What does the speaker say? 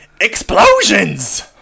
explosions